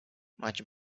much